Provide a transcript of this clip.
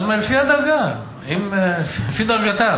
כן, לפי הדרגה, לפי דרגתה.